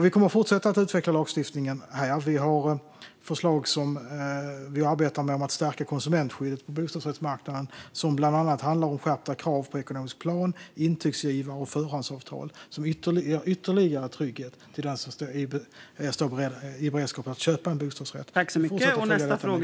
Vi kommer att fortsätta att utveckla lagstiftningen här; vi arbetar med förslag om att stärka konsumentskyddet på bostadsrättsmarknaden som bland annat handlar om skärpta krav på ekonomisk plan, intygsgivare och förhandsavtal. Det ger ytterligare trygghet till den som står beredd att köpa en bostadsrätt. Vi fortsätter att följa detta.